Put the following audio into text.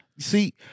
See